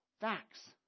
Facts